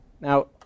Now